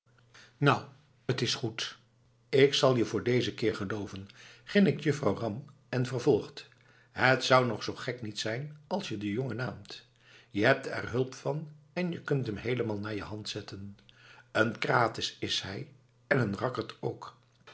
nou t is goed k zal je voor dezen keer gelooven grinnikt juffrouw ram en vervolgt het zou nog zoo gek niet zijn als je den jongen naamt je hebt er hulp van en je kunt hem heelemaal naar je hand zetten een krates is hij en een rakkerd ook